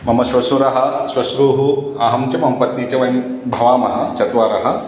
मम श्वशुरः श्वश्रूः अहं च मम पत्नी च वयं भवामः चत्वारः